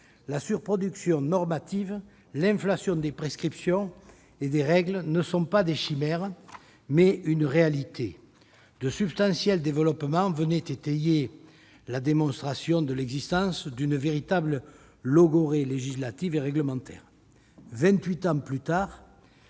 la surproduction normative, l'inflation des prescriptions et des règles ne sont pas des chimères mais une réalité ». De substantiels développements venaient étayer la démonstration de l'existence d'une véritable « logorrhée législative et réglementaire